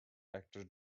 actor